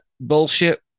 bullshit